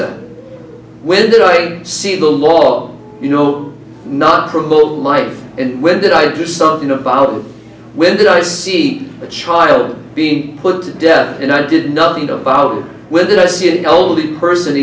that when i see the law you know not promote life and when did i do something about when did i see a child being put to death and i did nothing about with it i see an elderly person